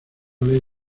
ley